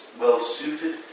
well-suited